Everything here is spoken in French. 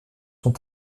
sont